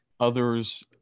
others